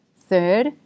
Third